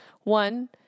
One